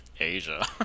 Asia